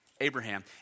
Abraham